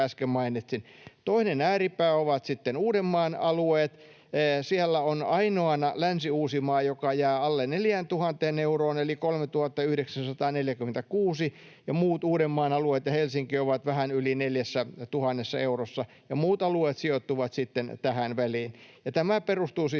äsken mainitsin. Toinen ääripää ovat sitten Uudenmaan alueet. Siellä on ainoana Länsi-Uusimaa, joka jää alle 4 000 euroon eli 3 946:een. Muut Uudenmaan alueet ja Helsinki ovat vähän yli 4 000 eurossa, ja muut alueet sijoittuvat sitten tähän väliin. Tämä perustuu siis